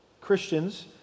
Christians